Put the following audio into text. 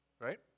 right